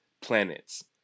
planets